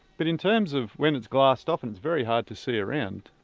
but in terms of when it's glassed off and it's very hard to see around,